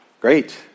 Great